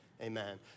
Amen